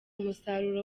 umusaruro